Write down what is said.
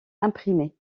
imprimé